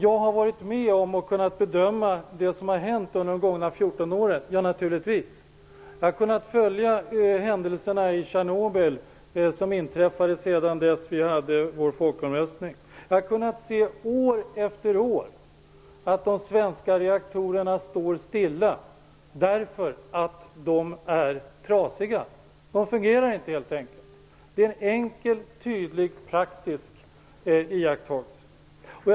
Jag har naturligtvis följt och kunnat bedöma det som har hänt under de senaste 14 åren. Jag har kunnat följa händelserna i Tjernobyl, som inträffade sedan vi haft vår folkomröstning. Jag har år efter år kunnat se att de svenska reaktorerna står stilla därför att de är trasiga. De fungerar helt enkelt inte. Det är en enkel, tydlig och praktisk iakttagelse.